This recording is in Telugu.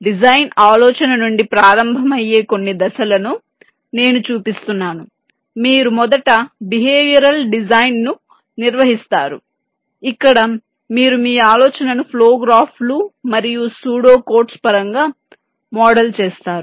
డిజైన్ ఆలోచన నుండి ప్రారంభమయ్యే కొన్ని దశలను నేను చూపిస్తున్నాను మీరు మొదట బిహేవియరల్ డిజైన్ ను నిర్వహిస్తారు ఇక్కడ మీరు మీ ఆలోచనను ఫ్లో గ్రాఫ్లు మరియు సూడో కోడ్స్ పరంగా మోడల్ చేస్తారు